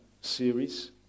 series